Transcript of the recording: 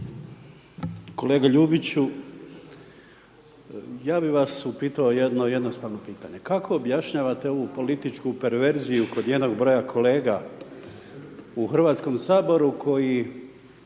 Kolega Ljubiću, ja bi vas upitao jedno jednostavno pitanje, kako objašnjavate ovu političku perverziju kod jednog broja kolega u Hrvatskom saboru koji